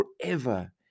forever